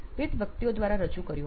વિવિધ વ્યક્તિઓ દ્વારા રજૂ કર્યું